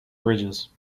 bridges